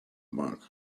monk